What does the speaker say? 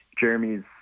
Jeremy's